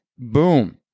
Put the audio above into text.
Boom